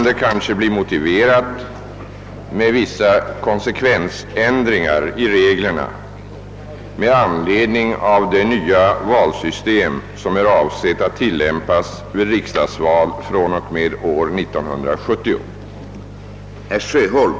Som svar får jag meddela, att det för dagen inte föreligger några konkreta planer på en sådan lokalisering.